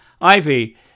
Ivy